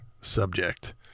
subject